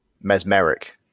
mesmeric